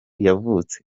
yavutse